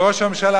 וראש הממשלה,